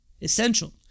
essential